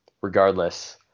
regardless